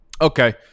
okay